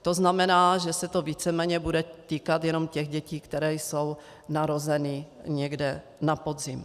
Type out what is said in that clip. To znamená, že se to víceméně bude týkat jenom těch dětí, které jsou narozeny někdy na podzim.